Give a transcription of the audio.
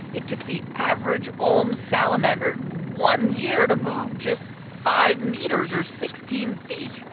it took the average olm salamander one year to move just five meters, or sixteen feet.